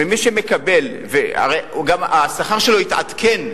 ומי שמקבל, הרי השכר שלו יתעדכן.